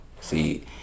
See